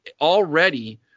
already